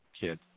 kid